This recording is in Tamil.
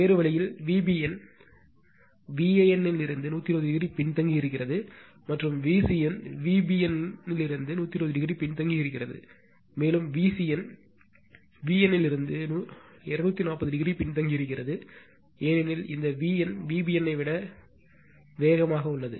வேறு வழியில் Vbn Van இலிருந்து 120 o பின்தங்கியிருக்கிறது மற்றும் Vcn Vbn இலிருந்து 120 o பின்தங்கியிருக்கிறது மேலும் Vcn V n இலிருந்து 240 o பின்தங்கியிருக்கிறது ஏனெனில் இந்த V n Vbn ஐ விட வேகமாக உள்ளது